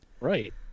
Right